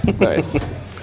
Nice